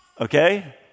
okay